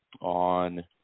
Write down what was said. on